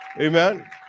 amen